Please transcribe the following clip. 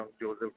Joseph